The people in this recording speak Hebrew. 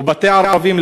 ואת בתי הערבים,